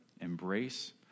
embrace